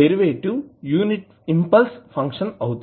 derivative unit impulse function అవుతుంది